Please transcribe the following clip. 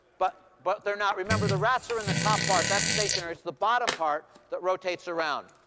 but but they're not. remember, the rats are in the top part. that's stationary. it's the bottom part that rotates around.